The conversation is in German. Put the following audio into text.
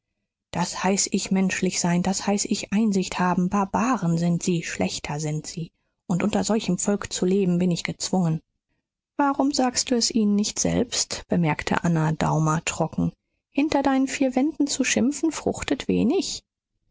das heiß ich menschlich sein das heiß ich einsicht haben barbaren sind sie schlächter sind sie und unter solchem volk zu leben bin ich gezwungen warum sagst du es ihnen nicht selbst bemerkte anna daumer trocken hinter deinen vier wänden zu schimpfen fruchtet wenig